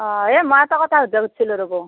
অ এই মই এটা কথা সুধিব খুজিছিলোঁ ৰ'ব